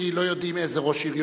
כי לא יודעים איזה ראש עיר.